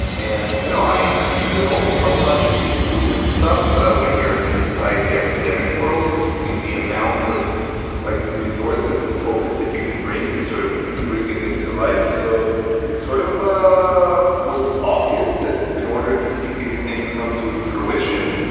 and you know there's only so much you can do with stuff when you're inside the academic world in the amount of like resources and focus that you can bring to sort of really bring it into life. so it's sort of ah was obvious that in order to see these things come to fruition,